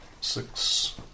Six